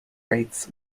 rates